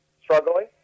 struggling